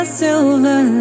silver